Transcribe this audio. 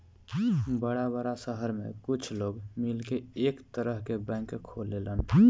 बड़ा बड़ा सहर में कुछ लोग मिलके एक तरह के बैंक खोलेलन